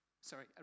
sorry